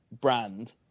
brand